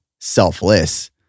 selfless